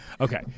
Okay